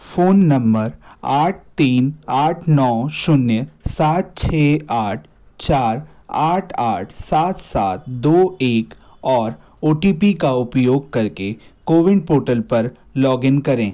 phone number आठ तीन आठ नौ शून्य सात छः आठ चार आठ आठ सात सात दो एक और ओ टी पी का उपयोग करके कोविन पोर्टल पर लॉग इन करें